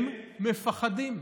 הם מפחדים.